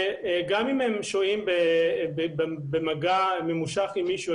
שגם אם הם שוהים לזמן ממושך עם מישהו,